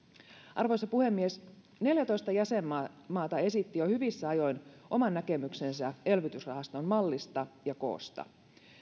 arvoisa puhemies neljätoista jäsenmaata jäsenmaata esitti jo hyvissä ajoin oman näkemyksensä elvytysrahaston mallista ja koosta